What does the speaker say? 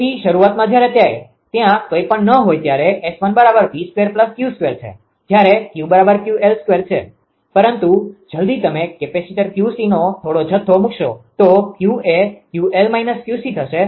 તેથી શરૂઆતમાં જયારે ત્યાં કઈ પણ ન હોઈ ત્યારે 𝑆1𝑃2𝑄2 છે જયારે 𝑄𝑄𝑙2 છે પરંતુ જલદી તમે કેપેસિટર 𝑄𝐶નો થોડો જથ્થો મૂકશો તો 𝑄 એ 𝑄𝑙 −𝑄𝐶 થશે